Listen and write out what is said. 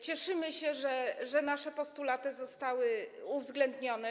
Cieszymy się, że nasze postulaty zostały uwzględnione.